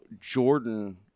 Jordan